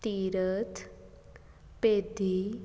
ਤੀਰਥ ਪੇਧੀ